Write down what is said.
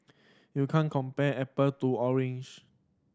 you can't compare apple to orange